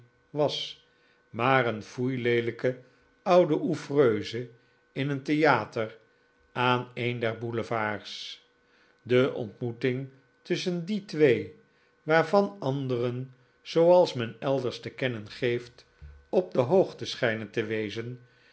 was maar een foeileelijke oude ouvreuse in een theater aan een der boulevards de ontmoeting tusschen die twee waarvan anderen zooals men elders te kennen geeft op de hoogte schijnen te wezen